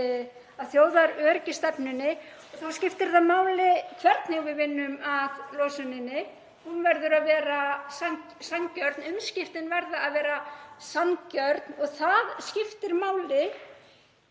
þjóðaröryggisstefnunni og þá skiptir það máli hvernig við vinnum að losuninni. Hún verður að vera sanngjörn, umskiptin verða að vera sanngjörn. Það skiptir máli